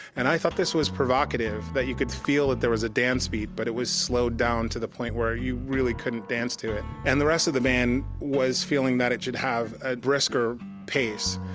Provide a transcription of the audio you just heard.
and i thought this was provocative, that you could feel that there was a dance beat but it was slowed down to the point where you really couldn't dance to it. and the rest of the band was feeling that it should have a brisker pace.